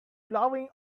blowing